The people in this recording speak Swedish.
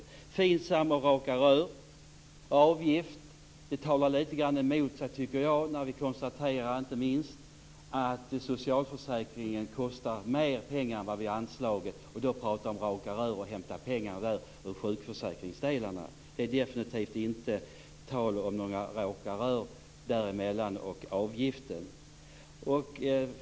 Beträffande det som sades om FINSAM, raka rör och avgifter, vill jag säga att det talar lite grann mot sig självt, tycker jag, när vi konstaterar att socialförsäkringarna kostar mer pengar än vi har anslagit. När man då talar om raka rör och att hämta pengar ur sjukförsäkringsdelarna vill jag säga att det definitivt inte är fråga om några raka rör däremellan och avgiften.